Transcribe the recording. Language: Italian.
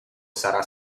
sarà